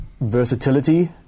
versatility